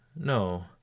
No